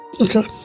Okay